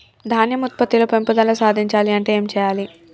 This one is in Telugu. ధాన్యం ఉత్పత్తి లో పెంపుదల సాధించాలి అంటే ఏం చెయ్యాలి?